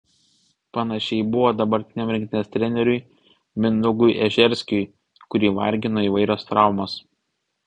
panašiai buvo dabartiniam rinktinės treneriui mindaugui ežerskiui kurį vargino įvairios traumos